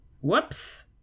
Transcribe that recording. Whoops